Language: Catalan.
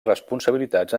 responsabilitats